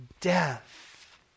death